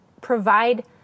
provide